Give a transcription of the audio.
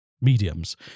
mediums